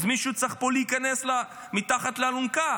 אז מישהו צריך פה להיכנס מתחת לאלונקה